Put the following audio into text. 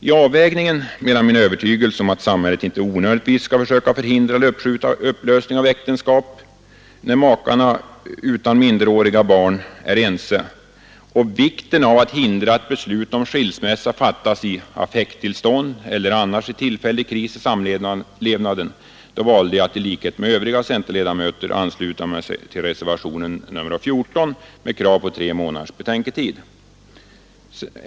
I avvägningen mellan min övertygelse om att samhället inte onödigtvis skall försöka förhindra eller uppskjuta upplösning av äktenskapet, när makar utan minderåriga barn är ense, och vikten av att hindra att beslut om skilsmässa fattas i affekttillstånd eller annars vid tillfällig kris i samlevnaden valde jag att i likhet med övriga centerledamöter ansluta mig till reservationen 14 med krav på tre månaders betänketid.